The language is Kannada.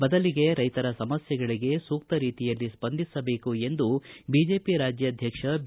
ಬದಲಿಗೆ ರೈತರ ಸಮಸ್ಥೆಗಳಗೆ ಸೂಕ್ತ ರೀತಿಯಲ್ಲಿ ಸ್ಪಂದಿಸಬೇಕು ಎಂದು ಬಿಜೆಪಿ ರಾಜ್ಯಾಧ್ಯಕ್ಷ ಬಿ